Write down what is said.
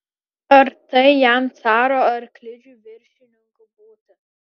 ar tai jam caro arklidžių viršininku būti